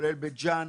בית ג'אן,